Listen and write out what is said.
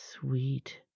Sweet